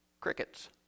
Crickets